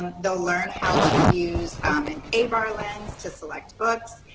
they'll learn how to use and a abar lens to select books.